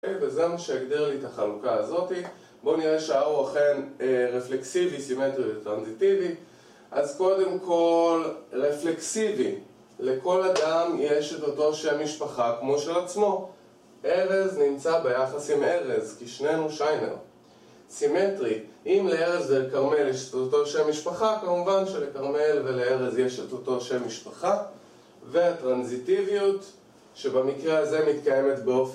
וזה מה שהגדיר לי את החלוקה הזאת בואו נראה שהאור אכן רפלקסיבי, סימטרי וטרנזיטיבי אז קודם כל רפלקסיבי לכל אדם יש את אותו שם משפחה כמו של עצמו ארז נמצא ביחס עם ארז כי שנינו שיינר סימטרי, אם לארז ולכרמל יש את אותו שם משפחה כמובן שלכרמל ולארז יש את אותו שם משפחה וטרנזיטיביות שבמקרה הזה מתקיימת באופן...